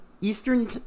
Eastern